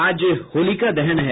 आज होलिका दहन है